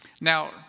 Now